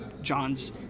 john's